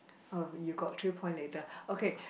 oh you got three point later okay